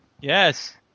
Yes